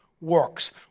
works